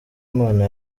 imana